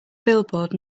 billboard